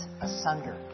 asunder